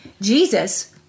Jesus